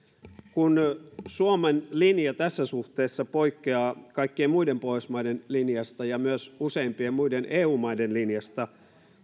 kun suomen linja tässä suhteessa poikkeaa kaikkien muiden pohjoismaiden linjasta ja myös useimpien muiden eu maiden linjasta